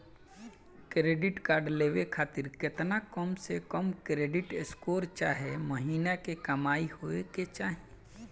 Credit card लेवे खातिर केतना कम से कम क्रेडिट स्कोर चाहे महीना के कमाई होए के चाही?